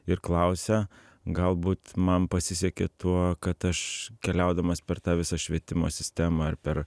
ir klausia galbūt man pasisekė tuo kad aš keliaudamas per tą visą švietimo sistemą ar per